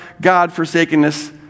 God-forsakenness